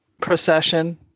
procession